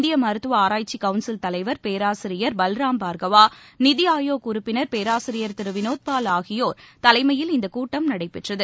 இந்திய மருத்துவ ஆராய்ச்சி கவுன்சில் தலைவர் பேராசிரியர் பல்ராம் பார்கவா நிதி ஆயோக் உறுப்பினர் பேராசிரியர் வினோத் பால் ஆகியோர் தலைமையில் இந்தக் கூட்டம் நடைபெற்றது